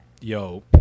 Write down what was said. yo